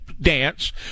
dance